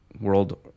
world